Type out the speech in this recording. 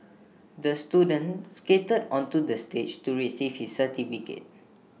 the student skated onto the stage to receive his certificate